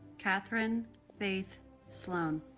kathryn faith sloan